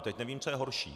Teď nevím, co je horší.